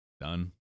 done